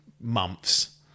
months